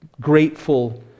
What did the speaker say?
grateful